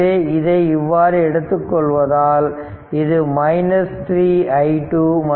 எனவே இதை இவ்வாறு எடுத்துக்கொள்வதால் இது 3i2